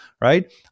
right